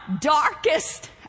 darkest